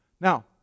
now